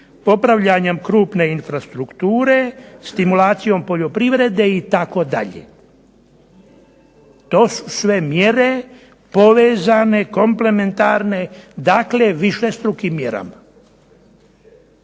popravljanjem krupne infrastrukture, stimulacijom poljoprivrede itd. To su sve mjere povezane, komplementarne, dakle višestrukim mjerama.